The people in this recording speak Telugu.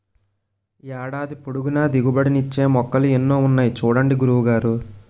ఏడాది పొడుగునా దిగుబడి నిచ్చే మొక్కలు ఎన్నో ఉన్నాయి చూడండి గురువు గారు